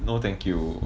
no thank you